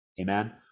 amen